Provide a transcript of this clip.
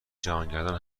جهانگردان